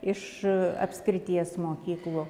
iš apskrities mokyklų